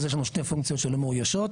יש לנו שתי פונקציות שלא מאוישות,